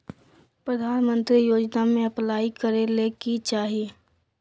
प्रधानमंत्री योजना में अप्लाई करें ले की चाही?